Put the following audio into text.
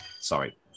sorry